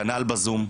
כנ"ל בזום.